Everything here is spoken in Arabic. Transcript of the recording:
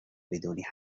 بدون